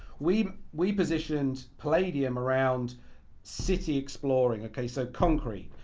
we we positioned playdium around city exploring, okay, so, conquering.